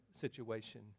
situation